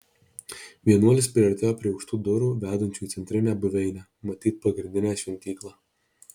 vienuolis priartėjo prie aukštų durų vedančių į centrinę buveinę matyt pagrindinę šventyklą